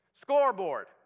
Scoreboard